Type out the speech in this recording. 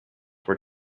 were